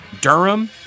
Durham